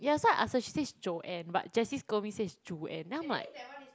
yeah so I ask her she say is Joanne but Jessi scold me say is Juan then I'm like